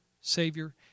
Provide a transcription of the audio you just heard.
savior